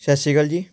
ਸਤਿ ਸ਼੍ਰੀ ਅਕਾਲ ਜੀ